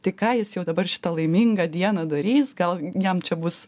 tai ką jis jau dabar šitą laimingą dieną darys gal jam čia bus